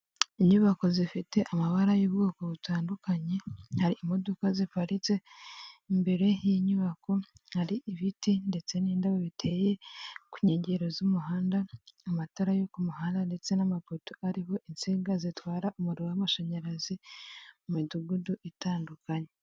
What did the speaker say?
Inyubako zifite amabara y'ubwoko butandukanye, hari imodoka ziparitse imbere y'inyubako, hari ibiti ndetse n'indabo biteye ku nkengero z'umuhanda, amatara yo ku muhanda ndetse n'amapoto ariho insinga zitwara umuriro w'amashanyarazi mu midugudu itandukanye.